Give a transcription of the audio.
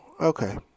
okay